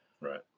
Right